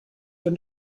wenn